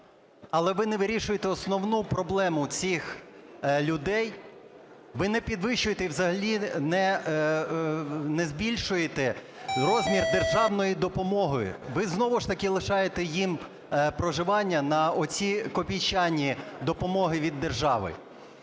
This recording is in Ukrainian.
але ви не вирішуєте основну проблему цих людей – ви не підвищуєте і взагалі не збільшуєте розмір державної допомоги, ви знову ж таки лишаєте їм проживання на оці копійчані допомоги від держави.